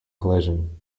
collision